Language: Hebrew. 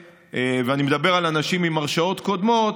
ואני מדבר על אנשים עם הרשעות קודמות,